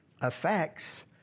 affects